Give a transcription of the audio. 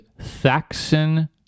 Thaksin